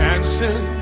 Dancing